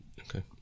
Okay